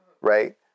right